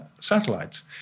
satellites